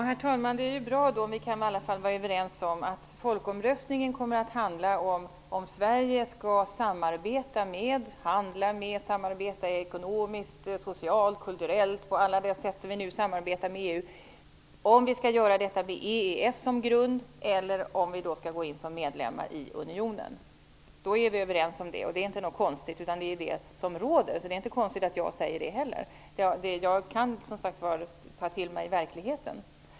Herr talman! Det är bra om vi i alla fall kan vara överens om att folkomröstningen kommer att handla om huruvida Sverige skall samarbeta ekonomiskt, socialt, kulturellt på alla de sätt som vi redan gör med EU med EES som grund, eller om vi skall gå in som medlemmar i unionen. Låt oss alltså vara överens om det. Det är ju inget konstigt. Det är ju det som råder, så det är inte heller så konstigt att jag säger det. Jag kan ta till mig verkligheten.